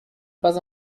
pas